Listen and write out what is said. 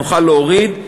נוכל להוריד,